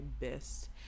best